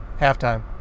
Halftime